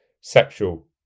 sexual